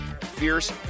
fierce